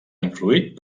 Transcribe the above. influït